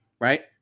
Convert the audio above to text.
right